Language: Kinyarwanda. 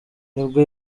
nibwo